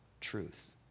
truth